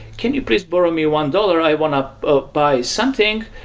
can you please borrow me one dollars. i want to ah buy something,